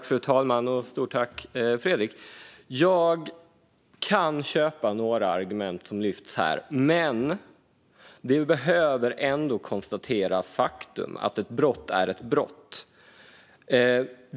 Fru talman! Tack, Fredrik! Jag kan köpa några argument som lyfts fram här, men vi behöver ändå konstatera faktum: Ett brott är ett brott.